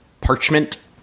parchment